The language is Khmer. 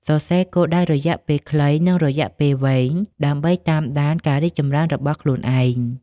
សរសេរគោលដៅរយៈពេលខ្លី និងរយៈពេលវែង ដើម្បីតាមដានការរីកចម្រើនរបស់ខ្លួនឯង។